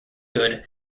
good